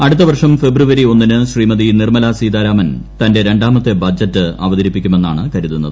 അടുത്തവർഷം ഫെബ്രുവരി ഒന്നിന് ശ്രീമതി നിർമ്മലാ സീതാരാമൻ തന്റെ രണ്ടാമത്തെ ബജറ്റ് അവതരിപ്പിക്കുമെന്നാണ് കരുതുന്നത്